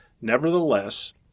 Nevertheless